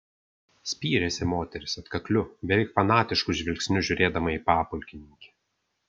spyrėsi moteris atkakliu beveik fanatišku žvilgsniu žiūrėdama į papulkininkį